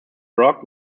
rock